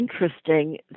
interesting